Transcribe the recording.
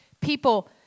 people